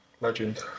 Legend